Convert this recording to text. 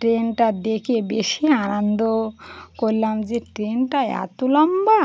ট্রেনটা দেখে বেশি আনন্দ করলাম যে ট্রেনটা এত লম্বা